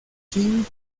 ching